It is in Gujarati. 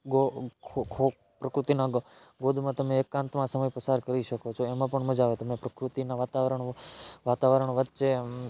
પકૃતિના ગોદમાં તમે એકાંતમાં સમય પસાર કરી શકો છો એમાં પણ મજા આવે તમે પકૃતિનાં વાતાવરણ વાતાવરણ વચ્ચે